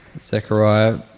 Zechariah